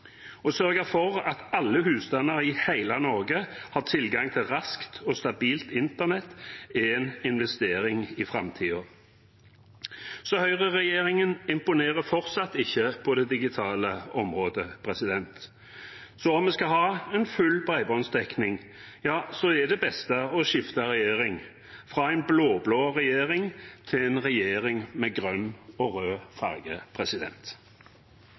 Å sørge for at alle husstander i hele Norge har tilgang til raskt og stabilt internett, er en investering i framtiden. Så høyreregjeringen imponerer fortsatt ikke på det digitale området. Skal vi ha full bredbåndsdekning, er det beste å skifte regjering – fra en blå-blå regjering til en regjering med grønn og rød